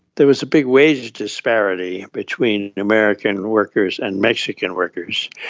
there was a big wage disparity between american and workers and mexican workers,